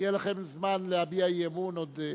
יהיה לכם זמן להביע אי-אמון עוד,